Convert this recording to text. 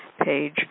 page